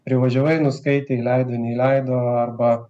privažiavai nuskaitė įleido neįleido arba